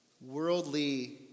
worldly